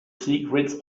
secrets